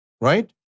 Right